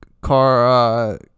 car